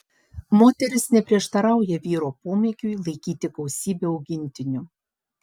moteris neprieštarauja vyro pomėgiui laikyti gausybę augintinių